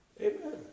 Amen